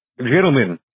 Gentlemen